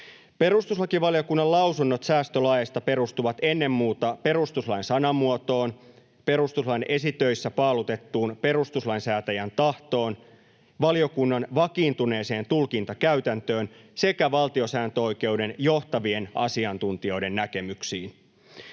Perustuslakivaliokunnan lausunnot säästölaeista perustuvat ennen muuta perustuslain sanamuotoon, perustuslain esitöissä paalutettuun perustuslain säätäjän tahtoon, valiokunnan vakiintuneeseen tulkintakäytäntöön sekä valtiosääntöoikeuden johtavien asiantuntijoiden näkemyksiin.